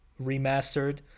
remastered